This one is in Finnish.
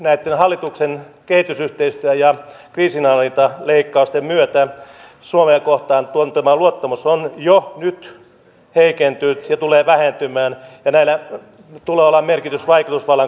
näitten hallituksen kehitysyhteistyö ja kriisinhallintaleikkausten myötä suomea kohtaan tunnettu luottamus on jo nyt heikentynyt ja tulee vähentymään ja näillä tulee olemaan merkitystä vaikutusvallan kaventumisen kannalta